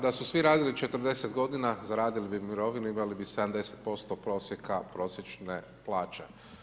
Da su svi radili 40 godina, zaradili bi mirovinu, imali bi 70% prosjeka prosječne plaće.